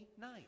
Night